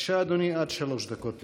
בבקשה, אדוני, עד שלוש דקות לרשותך.